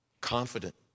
confident